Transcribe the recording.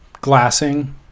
glassing